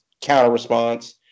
counter-response